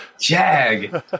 Jag